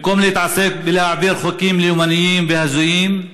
במקום להתעסק בלהעביר חוקים לאומניים והזויים,